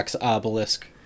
obelisk